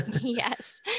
Yes